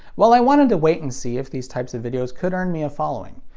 well, i wanted wait and see if these types of videos could earn me a following.